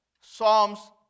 Psalms